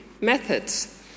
methods